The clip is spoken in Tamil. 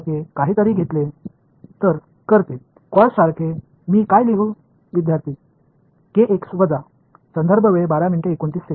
எனவே எடுத்துக்காட்டாக நான் இதைப் போன்ற cos ஒன்றை எடுத்துக் கொண்டால் cos நான் என்ன எழுத வேண்டும்